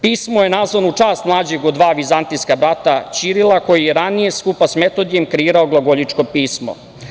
Pismo je nazvano u čast mlađeg od dva vizantijska brata – Ćirila, koji je ranije skupa sa Metodijem kreirao glagoljičko pismo.